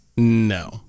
No